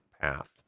path